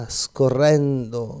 scorrendo